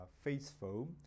faithful